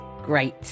great